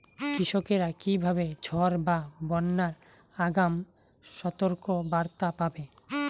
কৃষকেরা কীভাবে ঝড় বা বন্যার আগাম সতর্ক বার্তা পাবে?